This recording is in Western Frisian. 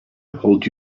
hold